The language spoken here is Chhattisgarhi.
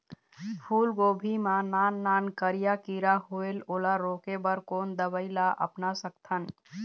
फूलगोभी मा नान नान करिया किरा होयेल ओला रोके बर कोन दवई ला अपना सकथन?